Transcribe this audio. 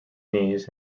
knees